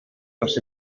dros